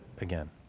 again